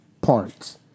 parts